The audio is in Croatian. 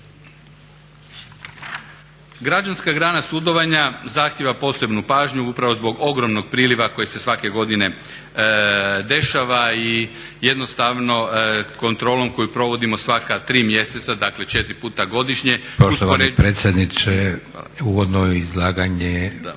Građanska grana sudovanja zahtjeva posebnu pažnju upravo zbog ogromnog priliva koji se svake godine dešava i jednostavno kontrolom koju provodimo svaka tri mjeseca, dakle četiri puta godišnje… **Leko, Josip (SDP)** Gospodine predsjedniče uvodno izlaganje